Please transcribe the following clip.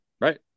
Right